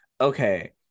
Okay